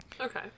Okay